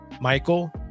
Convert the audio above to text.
michael